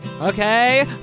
Okay